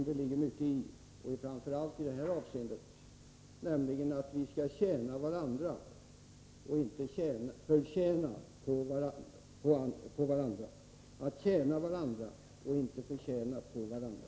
Det ligger mycket i den, framför allt i detta avseende, nämligen att vi skall tjäna varandra och inte förtjäna på andra.